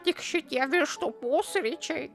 tik šitie vištų pusryčiai